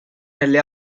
nelle